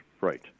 right